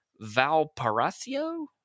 Valparaiso